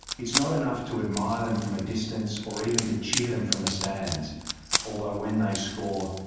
it's not enough to admire them from a distance, or even to cheer them from the stands although when they score,